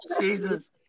Jesus